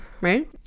right